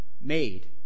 made